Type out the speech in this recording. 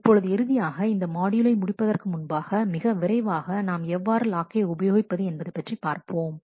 இப்பொழுது இறுதியாக இந்த மாட்யூலை முடிப்பதற்கு முன்பாக மிக விரைவாக நாம் எவ்வாறு லாக்கை உபயோகிப்பது என்பது பற்றி பார்ப்போம்